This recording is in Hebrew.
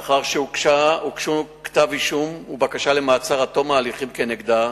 לאחר שהוגשו כתב אישום ובקשה למעצר עד תום ההליכים כנגדה,